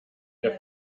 der